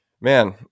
man